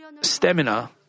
stamina